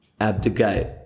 abdicate